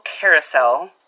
carousel